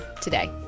today